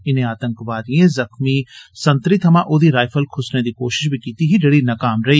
इनें आतंकवादिएं जख्मीं संतरी थमां ओहदी राइफल खुस्सने दी कोश्श बी कीती ही जेहड़ी नाकाम रेई